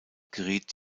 geriet